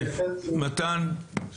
טוב אז נחזור אליך יותר מאוחר.